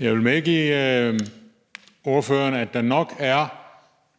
Jeg vil medgive ordføreren, at der nok er